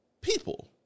people